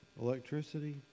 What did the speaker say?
electricity